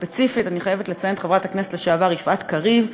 וספציפית אני חייבת לציין את חברת הכנסת לשעבר יפעת קריב,